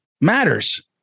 matters